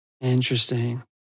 interesting